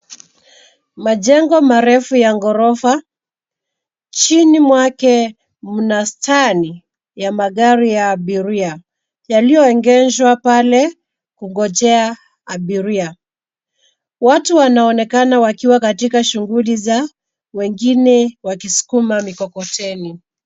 Majengo marefu ya ghorofa. Chini mwake mna masteni ya magari ya abiria yaliyoogeshwa pale kungojea abiria. Watu wanaonekana wakiwa katika shughuli zao wengine wakisukuma mikokoteni.